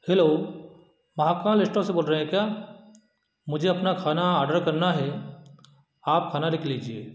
hello आप restaurant से बोल रहे हैं क्या मुझे अपना खाना आर्डर करना है आप खाना लिख लीजिए